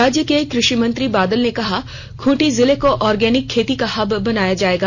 राज्य के कृषि मंत्री बादल ने कहा खूंटी जिले को आर्गेनिक खेती का हब बनाया जायेगा